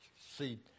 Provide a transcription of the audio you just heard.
See